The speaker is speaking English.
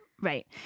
Right